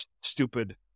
stupid